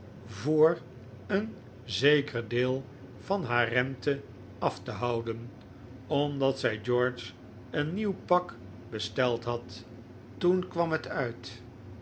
voor een zeker deel van haar rente af te houden omdat zij george een nieuw pak besteld had toen kwam het uit